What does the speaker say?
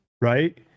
right